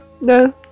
no